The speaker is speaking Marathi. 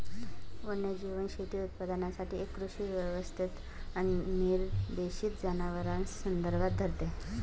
वन्यजीव शेती उत्पादनासाठी एक कृषी व्यवस्थेत अनिर्देशित जनावरांस संदर्भात धरते